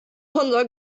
unser